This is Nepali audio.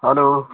हलो